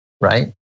right